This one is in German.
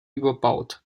überbaut